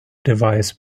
device